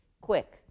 quick